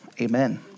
Amen